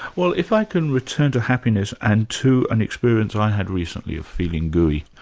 well, if i can return to happiness and to an experience i had recently of feeling gooey.